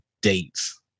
dates